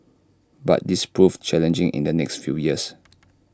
but this proved challenging in the next few years